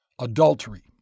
Adultery